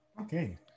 Okay